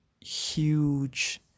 huge